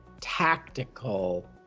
tactical